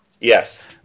Yes